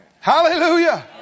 Hallelujah